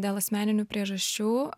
dėl asmeninių priežasčių